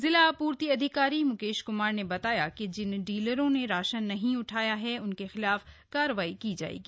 जिला आपूर्ति अधिकारी मुकेश क्मार ने बताया कि जिन डीलरों ने राशन नहीं उठाया है उनके खिलाफ कार्रवाई की जाएगी